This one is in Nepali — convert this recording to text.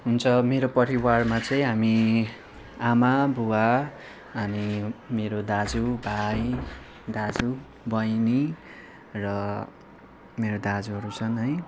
हुन्छ मेरो परिवारमा चाहिँ हामी आमा बुवा अनि मेरो दाजु भाइ दाजु बहिनी र मेरो दाजुहरू छन् है